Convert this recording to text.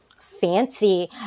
fancy